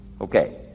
Okay